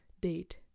date